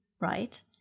right